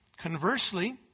Conversely